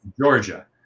georgia